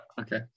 Okay